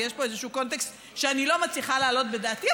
ויש פה איזשהו קונטקסט שאני לא מצליחה להעלות בדעתי,